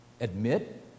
admit